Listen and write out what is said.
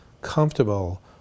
comfortable